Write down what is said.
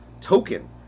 Token